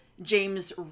James